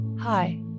Hi